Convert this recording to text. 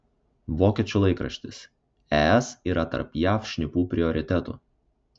vokiečių laikraštis es yra tarp jav šnipų prioritetų